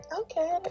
okay